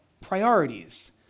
priorities